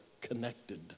connected